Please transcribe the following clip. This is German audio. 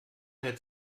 hält